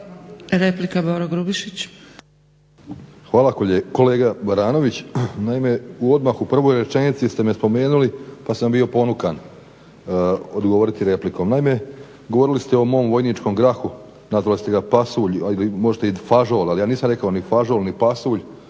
Boro (HDSSB)** Hvala kolega Baranović. Naime, u odmah u prvoj rečenici ste me spomenuli pa sam bio ponukan odgovoriti replikom. Naime govorili ste o mom vojničkom grahu nazvali ste ga pasulj, možete i fažol, ali ja nisam rekao ni fažol ni pasulj